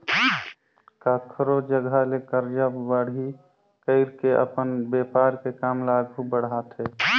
कखरो जघा ले करजा बाड़ही कइर के अपन बेपार के काम ल आघु बड़हाथे